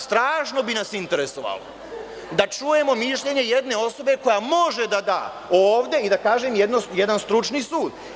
Strašno bi nas interesovalo da čujemo mišljenje jedne osobe koja može da da ovde i da kaže jedan stručni sud.